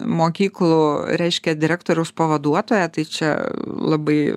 mokyklų reiškia direktoriaus pavaduotoja tai čia labai